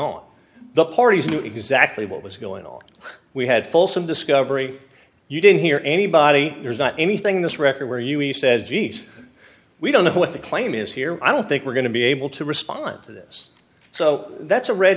on the parties knew exactly what was going on we had fulsome discovery you didn't hear anybody there's not anything this record where you he said geez we don't know what the claim is here i don't think we're going to be able to respond to this so that's a red